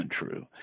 untrue